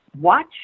watch